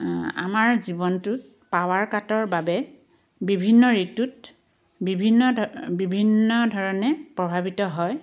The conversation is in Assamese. আমাৰ জীৱনটোত পাৱাৰ কাটৰ বাবে বিভিন্ন ঋতুত বিভিন্ন ধ বিভিন্ন ধৰণে প্ৰভাৱিত হয়